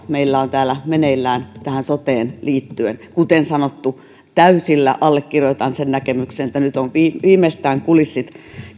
meillä on täällä meneillään tähän soteen liittyen kuten sanottu täysillä allekirjoitan sen näkemyksen että nyt ovat viimeistään kulissit